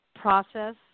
Process